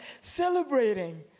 celebrating